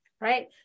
Right